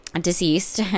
deceased